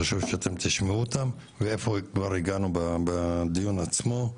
חשוב שאתם תשמעו אותם ואיפה כבר הגענו בדיון עצמו.